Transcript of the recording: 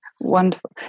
Wonderful